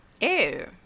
Ew